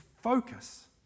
focus